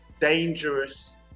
dangerous